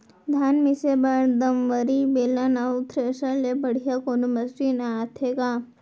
धान मिसे बर दंवरि, बेलन अऊ थ्रेसर ले बढ़िया कोनो मशीन आथे का?